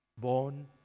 born